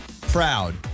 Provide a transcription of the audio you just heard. proud